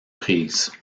prise